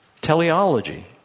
teleology